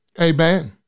Amen